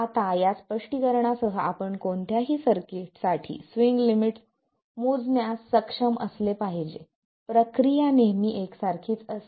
आता या स्पष्टीकरणासह आपण कोणत्याही सर्किटसाठी स्विंग लिमिट्स मोजण्यास सक्षम असले पाहिजे प्रक्रिया नेहमी एकसारखीच असते